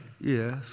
yes